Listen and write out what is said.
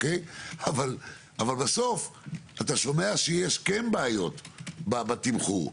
אבל בסוף אתה שומע שיש בעיות בתמחור.